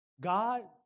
God